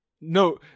No